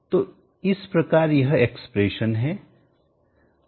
तो इस प्रकार यह एक्सप्रेशन है